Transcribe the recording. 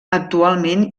actualment